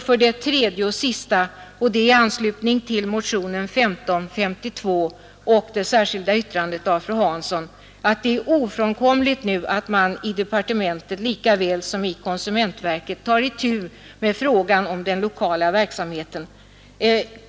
För det tredje och sista har jag i anslutning till motionen 1552 och det särskilda yttrandet av fru Hansson velat säga att det nu är ofrånkomligt att man i departementet lika väl som i konsumentverket tar itu med frågan om den lokala verksamheten.